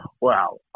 Wow